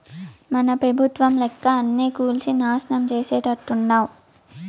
మన పెబుత్వం లెక్క అన్నీ కూల్సి నాశనం చేసేట్టుండావ్